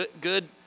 good